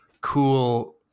cool